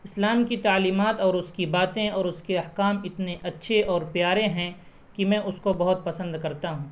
اسلام کی تعلیمات اور اس کی باتیں اور اس کے احکام اتنے اچھے اور پیارے ہیں کہ میں اس کو بہت پسند کرتا ہوں